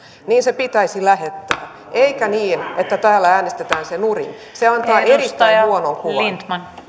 niin se pitäisi lähettää eikä niin että täällä äänestetään se nurin se antaa erittäin huonon kuvan